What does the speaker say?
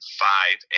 five